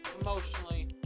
emotionally